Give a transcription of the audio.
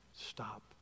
stop